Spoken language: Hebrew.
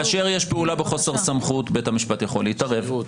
כאשר יש פעולה בחוסר סמכות בית המשפט יכול להתערב.